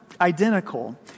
identical